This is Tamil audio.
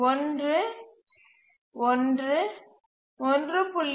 1 1 1